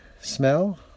smell